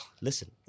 Listen